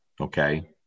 okay